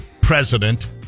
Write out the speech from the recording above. President